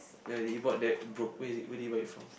ya you bought that book where is it where did you buy it from